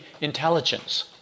intelligence